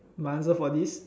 my answer for this